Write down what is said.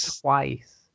twice